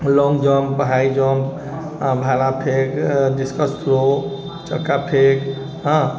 लोङ्ग jump high jump आ भाला फेंक डिस्कस थ्रो चक्का फेंक हँ